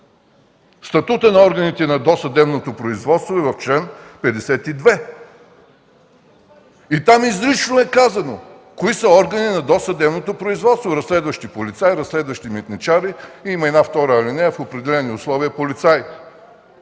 Статутът на органите на досъдебното производство е в чл. 52. Там изрично е казано кои са органи на досъдебното производство: разследващи полицаи, разследващи митничари, има и една 2 алинея – в определени условия полицаи.